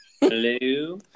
Hello